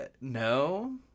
no